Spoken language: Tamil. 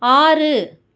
ஆறு